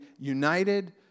united